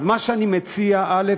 אז מה שאני מציע, א.